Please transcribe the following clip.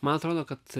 man atrodo kad